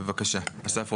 בבקשה, אסף רוזנבלום.